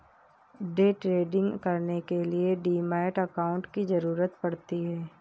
day trading करने के लिए डीमैट अकांउट की जरूरत पड़ती है